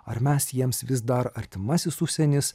ar mes jiems vis dar artimasis užsienis